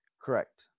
Correct